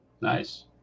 nice